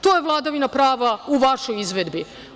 To je vladavina prava u vašoj izvedbi.